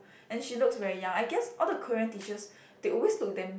and she looks very young I guess all the Korean teachers they always look damn